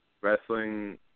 wrestling